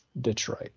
detroit